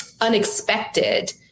unexpected